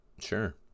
Sure